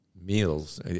meals